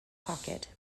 pocket